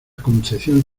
concepción